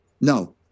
No